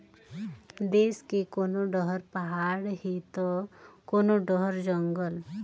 देस के कोनो डहर पहाड़ हे त कोनो डहर जंगल